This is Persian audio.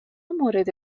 مورد